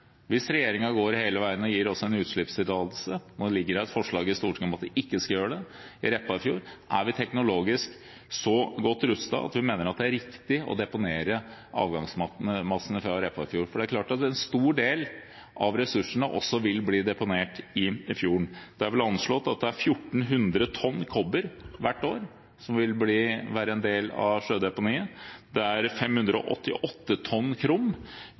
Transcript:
ikke skal gjøre det i Repparfjorden – er vi teknologisk så godt rustet at vi mener det er riktig å deponere avgangsmassene i Repparfjorden? Det er klart at en stor del ressurser også vil bli deponert i fjorden. Det er vel anslått at 1 400 tonn kobber hvert år vil være en del av sjødeponiet. Det er 588 tonn krom,